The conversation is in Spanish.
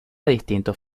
distintos